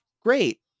Great